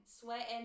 sweating